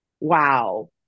wow